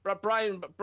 Brian